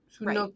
Right